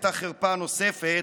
הייתה חרפה נוספת,